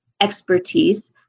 expertise